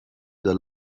their